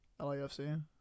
LaFC